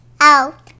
out